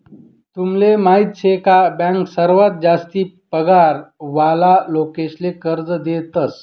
तुमले माहीत शे का बँक सर्वात जास्ती पगार वाला लोकेसले कर्ज देतस